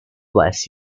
bless